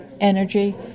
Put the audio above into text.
energy